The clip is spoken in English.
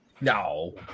No